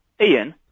Ian